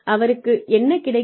அவருக்கு என்ன கிடைக்கும்